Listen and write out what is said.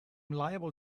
liable